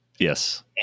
Yes